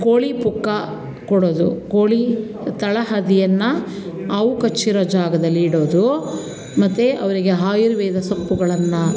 ಕೋಳಿ ಪುಕ್ಕ ಕೊಡೋದು ಕೋಳಿ ತಳಹದಿಯನ್ನು ಹಾವು ಕಚ್ಚಿರೊ ಜಾಗದಲ್ಲಿಡೋದು ಮತ್ತು ಅವರಿಗೆ ಆಯುರ್ವೇದ ಸೊಪ್ಪುಗಳನ್ನು